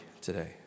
today